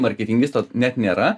marketingisto net nėra